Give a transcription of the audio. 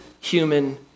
human